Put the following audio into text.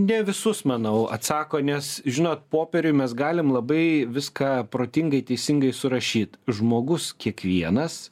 ne visus manau atsako nes žinot popieriuj mes galim labai viską protingai teisingai surašyt žmogus kiekvienas